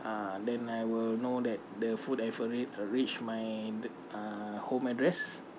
uh then I will know that the food have re~ reached my uh home address